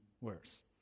worse